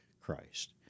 Christ